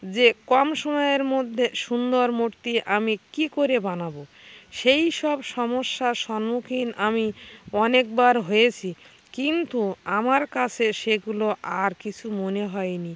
যে কম সময়ের মদ্যে সুন্দর মূর্তি আমি কী করে বানাবো সেই সব সমস্যার সম্মুখীন আমি অনেকবার হয়েছি কিন্তু আমার কাছে সেগুলো আর কিছু মনে হয় নি